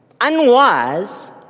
unwise